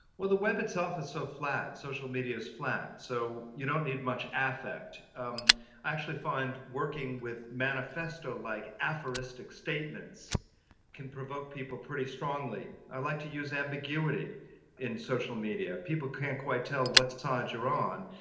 well, the web itself is so flat, social media's flat, so you don't need much affect. i um actually find working with manifesto-like aphoristic statements can provoke people pretty strongly. i like to use ambiguity in social media. people can't quite tell what side you're on,